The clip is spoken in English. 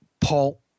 Paul